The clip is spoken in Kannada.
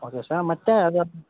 ಹೌದಾ ಸರ್ ಮತ್ತು ಅದು